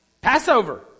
Passover